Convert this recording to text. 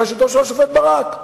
בראשותו של השופט ברק,